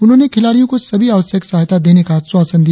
उन्होंने खिलाड़ियों को सभी आवश्यक सहायता देने का आश्वासन दिया